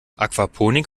aquaponik